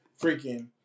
freaking